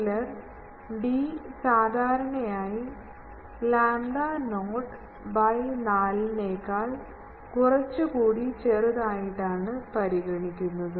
ചിലർ d സാധാരണയായി lambda not by നാല് നേക്കാൾ കുറച്ചുകൂടി ചെറുതായിട്ട് ആണ് പരിഗണിക്കുന്നത്